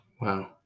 Wow